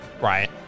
Right